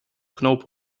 knoop